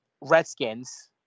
Redskins